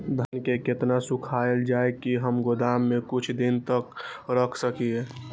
धान के केतना सुखायल जाय की हम गोदाम में कुछ दिन तक रख सकिए?